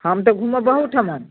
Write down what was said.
हम तऽ घुमब अहुठमन